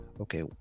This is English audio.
okay